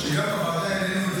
לא יעלה על הדעת,